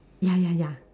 ya ya ya